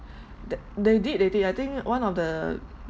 they they did they did I think one of the